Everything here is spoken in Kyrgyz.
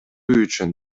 үчүн